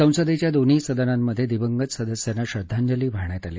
संसदेच्या दोन्ही सदनांमध्ये दिवंगत सदस्यांना श्रद्वांजली वाहण्यात आली